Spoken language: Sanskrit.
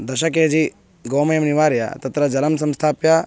दश के जि गोमयं निवार्य तत्र जलं संस्थाप्य